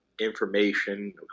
information